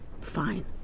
Fine